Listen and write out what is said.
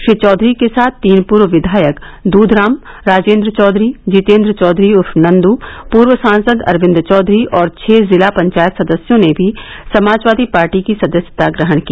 श्री चौधरी के साथ तीन पूर्व विधायक दूधराम राजेन्द्र चौधरी जितेंद्र चौधरी उर्फ नंदू पूर्व सांसद अरविंद चौधरी और छह जिला पंचायत सदस्यों ने भी समाजवादी पार्टी की सदस्यता ग्रहण की